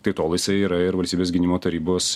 tai tol jisai yra ir valstybės gynimo tarybos